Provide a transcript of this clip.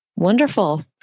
Wonderful